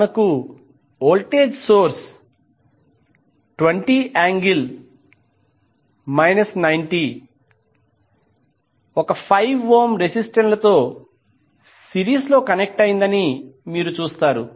మనకు voltage source 20∠ 90 5 ohm resistance లతో సిరీస్లో కనెక్ట్ అయిందని మీరు చూస్తారు